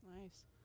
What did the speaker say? nice